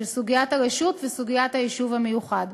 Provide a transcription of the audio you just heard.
של סוגיית הרשות וסוגיית היישוב המיוחד.